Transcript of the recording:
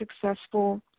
successful